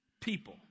people